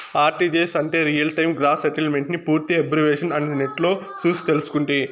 RTGS అంటే real time gross సెటిల్మెంటని పూర్తి ఎబ్రివేషను అని నెట్లో సూసి తెల్సుకుంటి